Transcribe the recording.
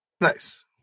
Nice